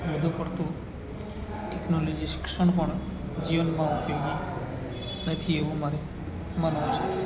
વધુ પડતું ટેક્નોલોજી શિક્ષણ પણ જીવનમાં ઉપયોગી નથી એવું મારે માનવું છે